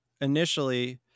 initially